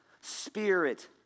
spirit